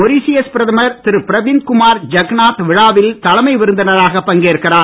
Mauritius பிரதமர் திரு பிரவிந்த் குமார் ஜக்நாத் விழாவில் தலைமை விருந்தினராக பங்கேற்கிறார்